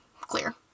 clear